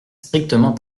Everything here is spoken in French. strictement